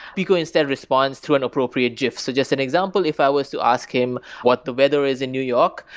peeqo, instead, responds through an appropriate gif. so just as an example, if i was to ask him what the weather is in new york,